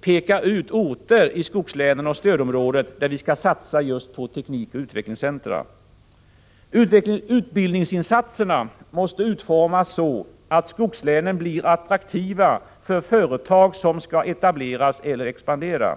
peka ut orter i skogslänen och stödområdet, där vi skall satsa just på teknikoch utvecklingscentra. Utbildningsinsatserna måste utformas så att skogslänen blir attraktiva för företag som skall etableras eller expandera.